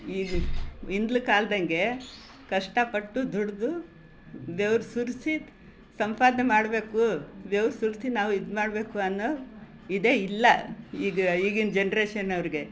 ಈ ಹಿಂದ್ಲ ಕಾಲ್ದಂತೆ ಕಷ್ಟಪಟ್ಟು ದುಡ್ದು ಬೆವ್ರು ಸುರಿಸಿ ಸಂಪಾದನೆ ಮಾಡಬೇಕು ಬೆವ್ರು ಸುರಿಸಿ ನಾವು ಇದು ಮಾಡಬೇಕು ಅನ್ನೋ ಇದೆ ಇಲ್ಲ ಈಗ ಈಗಿನ ಜನ್ರೇಷನ್ನವ್ರಿಗೆ